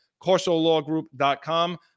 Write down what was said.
CorsoLawGroup.com